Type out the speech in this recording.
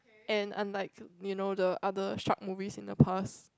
and unlike you know the other shark movies in the past